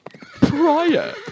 prior